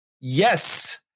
Yes